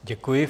Děkuji.